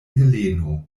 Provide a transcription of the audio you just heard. heleno